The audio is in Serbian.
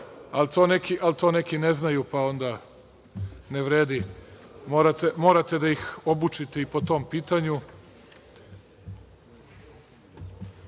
ali to neki ne znaju pa onda ne vredi. Morate da ih obučite i po tom pitanju.